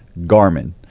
Garmin